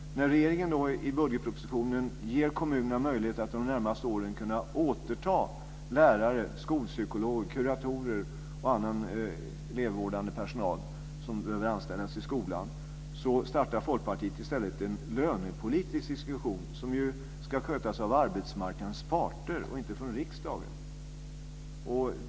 När regeringen i budgetpropositionen ger kommunerna en möjlighet att de närmaste åren återta lärare, skolpsykologer, kuratorer och annan elevvårdande personal som behöver anställas i skolan, startar Folkpartiet i stället en lönepolitisk diskussion, som ju ska skötas av arbetsmarknadens parter och inte från riksdagen.